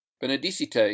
Benedicite